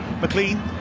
McLean